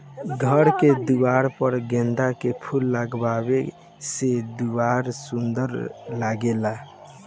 घर के दुआर पर गेंदा के फूल लगावे से दुआर सुंदर लागेला